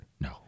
No